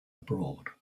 abroad